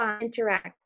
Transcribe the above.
interact